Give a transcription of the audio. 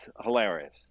hilarious